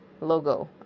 logo